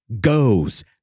goes